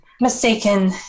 mistaken